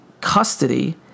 custody